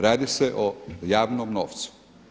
Radi se o javnom novcu.